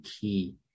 key